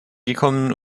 gekommen